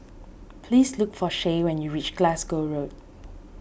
please look for Shae when you reach Glasgow Road